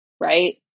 right